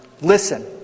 listen